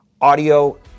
audio